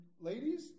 Ladies